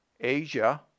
Asia